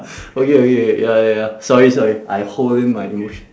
okay okay ya ya ya sorry sorry I hold in my emotions